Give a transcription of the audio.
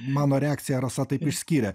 mano reakciją rasa taip išskyrė